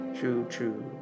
Choo-choo